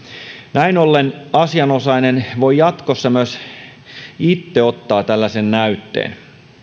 näin ollen asianosainen voi jatkossa myös itse ottaa tällaisen näytteen